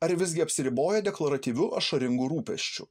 ar visgi apsiriboja deklaratyviu ašaringu rūpesčiu